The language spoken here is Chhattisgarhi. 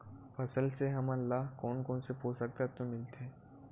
फसल से हमन ला कोन कोन से पोषक तत्व मिलथे?